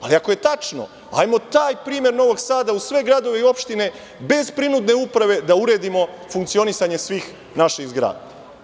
Ali, ako je tačno, hajmo taj primer Novog Sada u sve gradove i opštine bez prinudne uprave da uredimo funkcionisanje svih naših zgrada.